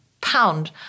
pound